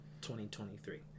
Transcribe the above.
2023